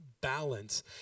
balance